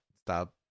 Stop